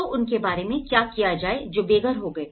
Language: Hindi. तो उनके बारे में क्या किया जाए जो बेघर हो गए